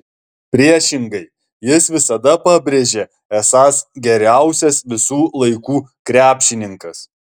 priešingai jis visada pabrėžia esąs geriausias visų laikų krepšininkas